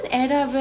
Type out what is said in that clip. add up